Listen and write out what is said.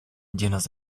llenas